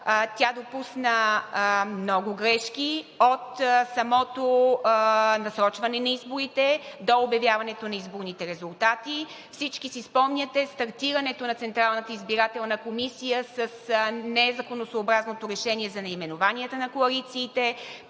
Тя допусна много грешки – от самото насрочване на изборите до обявяването на изборните резултати. Всички си спомняте стартирането на Централната избирателна комисия с незаконосъобразното решение за наименованията на коалициите,